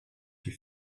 die